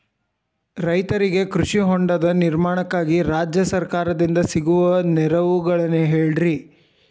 ರೈತರಿಗೆ ಕೃಷಿ ಹೊಂಡದ ನಿರ್ಮಾಣಕ್ಕಾಗಿ ರಾಜ್ಯ ಸರ್ಕಾರದಿಂದ ಸಿಗುವ ನೆರವುಗಳೇನ್ರಿ?